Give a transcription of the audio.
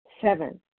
Seven